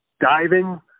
diving